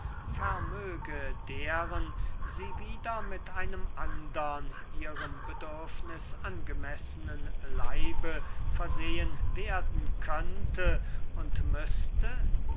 vermöge deren sie wieder mit einem andern ihrem bedürfniß angemessenen leibe versehen werden könnte und müßte